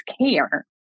care